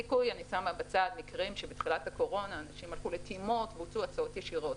בניכוי מקרים שבתחילת הקורונה אנשים הלכו לטעימות והוצאו הוצאות ישירות,